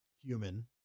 human